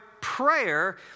prayer